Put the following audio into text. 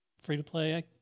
free-to-play